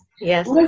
Yes